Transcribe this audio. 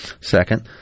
second